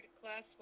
Class